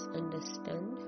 understand